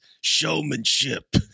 Showmanship